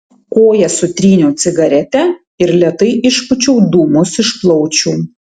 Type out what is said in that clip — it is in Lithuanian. koja sutryniau cigaretę ir lėtai išpūčiau dūmus iš plaučių